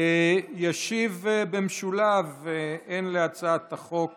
ישיב במשולב, הן להצעת החוק